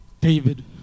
David